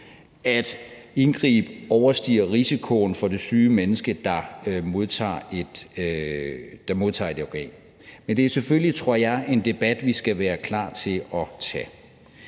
ved indgrebet overstiger risikoen for det syge menneske, der modtager et organ. Men det er selvfølgelig, tror jeg, en debat, vi skal være klar til at tage.